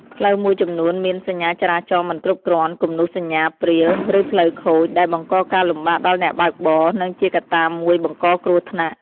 ផ្លូវមួយចំនួនមាន សញ្ញាចរាចរណ៍មិនគ្រប់គ្រាន់ គំនូសសញ្ញាព្រាល ឬផ្លូវខូច ដែលបង្កការលំបាកដល់អ្នកបើកបរ និងជាកត្តាមួយបង្កគ្រោះថ្នាក់។